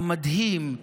המדהים,